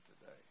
today